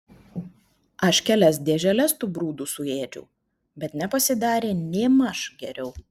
aš kelias dėželes tų brudų suėdžiau bet nepasidarė nėmaž geriau